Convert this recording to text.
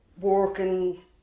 working